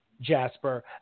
Jasper